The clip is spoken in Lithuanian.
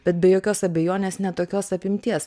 bet be jokios abejonės ne tokios apimties